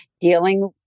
dealing